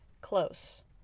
close